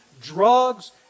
drugs